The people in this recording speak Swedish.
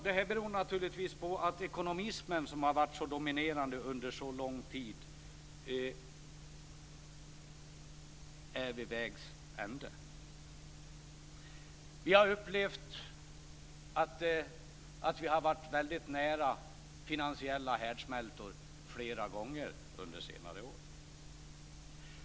Det beror naturligtvis på att ekonomismen, som varit så dominerande under en lång tid, befinner sig vid vägs ände. Vi har upplevt att vi flera gånger under senare år varit väldigt nära finansiella härdsmältor.